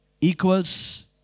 equals